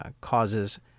causes